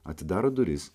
atidaro duris